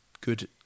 good